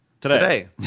Today